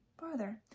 farther